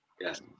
Yes